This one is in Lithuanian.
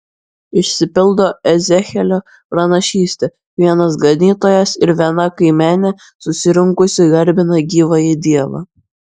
išsipildo ezechielio pranašystė vienas ganytojas ir viena kaimenė susirinkusi garbina gyvąjį dievą